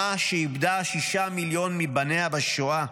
כאומה שאיבדה שישה מיליון מבניה בשואה,